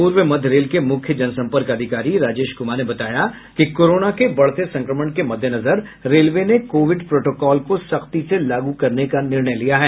पूर्व मध्य रेल के मुख्य जनसंपर्क अधिकारी राजेश कुमार ने बताया कि कोरोना के बढ़ते संक्रमण के मद्देनजर रेलवे ने कोविड प्रोटोकॉल को सख्ती से लागू करने का निर्णय लिया है